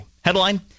headline